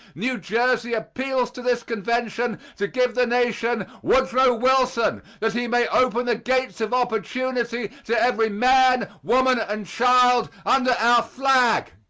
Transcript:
new jersey appeals to this convention to give the nation woodrow wilson, that he may open the gates of opportunity to every man, woman, and child under our flag,